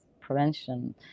prevention